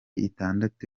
itandatu